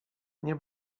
nie